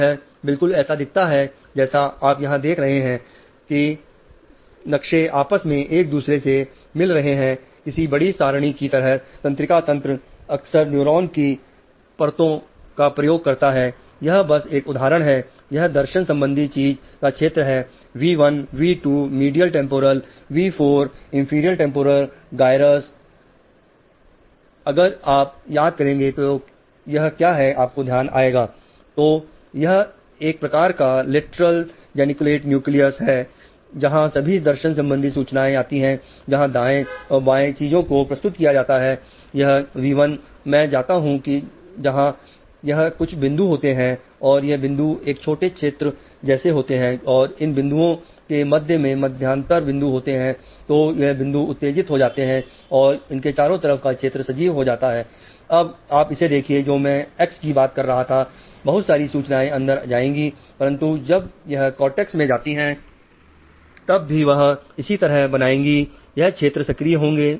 यह बिल्कुल ऐसा दिखता है जैसा आप यहां देख रहे हैं कि सब्जी नक्शे आपस में एक दूसरे में मिल रहे हैं किसी बड़ी सारणी की तरह तंत्रिका तंत्र अक्सर न्यूरॉन्स की पर तो का प्रयोग करता है यह बस एक उदाहरण है यह दर्शन संबंधी चीज का क्षेत्र है V1 V2 मीडियल टेंपोरल अगर आप याद करेंगे तो यह क्या है आपको ध्यान आएगा